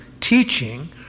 teaching